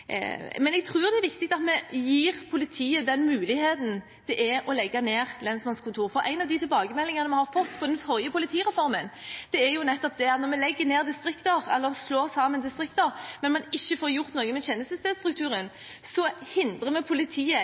Men jeg tror det er viktig at vi gir politiet den muligheten det er å legge ned lensmannskontorer, for en av de tilbakemeldingene vi fikk på den forrige politireformen, var nettopp at når vi legger ned eller slår sammen distrikter, men ikke får gjort noe med tjenestestedsstrukturen, så hindrer vi politiet